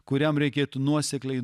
kuriam reikėtų nuosekliai